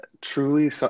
truly